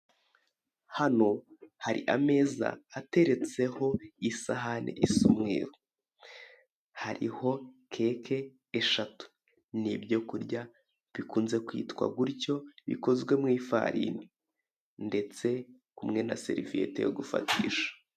Hano hari ameza eteretseho isahani is'umweru, hariho keke eshatu (ni ibyo kurya bikunze kwitwa gutyo bikozwe mu ifarini) ndetse kumwe na seriviyete yo gufatisha.